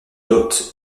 dot